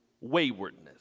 waywardness